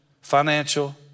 financial